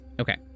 Okay